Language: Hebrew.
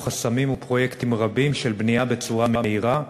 חסמים ולפרויקטים רבים של בנייה בצורה מהירה,